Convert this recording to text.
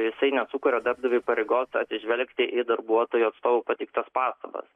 jisai nesukuria darbdaviui pareigos atsižvelgti į darbuotojų atstovų pateiktas pastabas